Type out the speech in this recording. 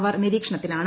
അവർ നിരീക്ഷണത്തിലാണ്